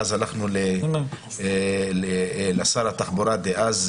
הלכנו אז לשר התחבורה דאז,